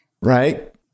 Right